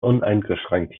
uneingeschränkt